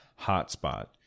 Hotspot